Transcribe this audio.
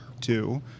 Two